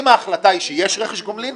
אם ההחלטה היא שיש רכש גומלין,